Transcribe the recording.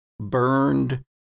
Burned